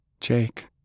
Jake